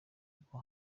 kuko